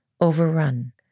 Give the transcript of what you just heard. overrun